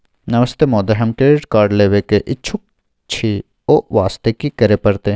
नमस्ते महोदय, हम credit card लेबे के इच्छुक छि ओ वास्ते की करै परतै?